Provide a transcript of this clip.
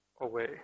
away